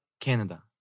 Canada